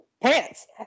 pants